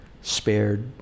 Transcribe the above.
spared